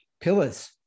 pillars